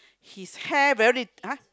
his hair very !huh!